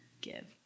give